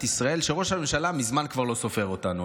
ישראל שראש הממשלה מזמן כבר לא סופר אותנו.